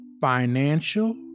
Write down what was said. financial